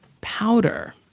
Powder